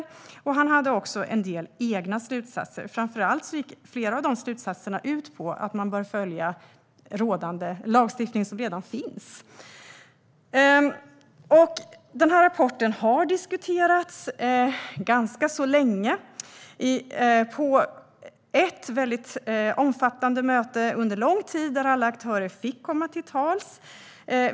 Han hade även en del egna slutsatser. Framför allt gick flera av de slutsatserna ut på att man bör följa lagstiftning som redan finns. Rapporten har diskuterats ganska länge, bland annat på ett omfattande möte under lång tid där alla aktörer fick komma till tals.